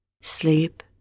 Sleep